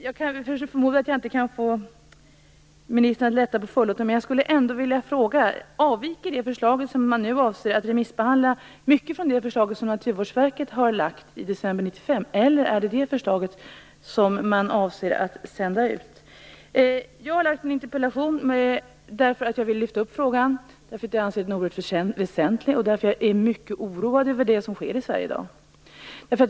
Jag förmodar att jag inte kan få ministern att lätta på förlåten, men jag skulle ändå vilja ställa en fråga: Avviker det förslag som regeringen nu avser att skicka ut på remiss mycket från det förslag som Naturvårdsverket lade fram i december 1995, eller är det detta förslag som regeringen avser att sända ut på remiss? Jag har väckt min interpellation därför att jag vill lyfta fram frågan på grund av att jag anser att den är väsentlig och att jag är mycket oroad över det som sker i Sverige i dag.